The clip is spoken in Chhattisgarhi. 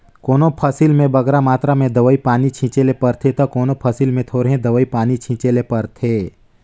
कोनो फसिल में बगरा मातरा में दवई पानी छींचे ले परथे ता कोनो फसिल में थोरहें दवई पानी छींचे ले परथे